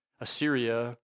Assyria